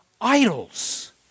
idols